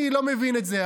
אני לא מבין את זה.